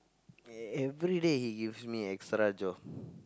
e~ everyday he gives me extra job